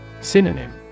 Synonym